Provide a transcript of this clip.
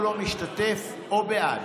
או לא משתתף או בעד.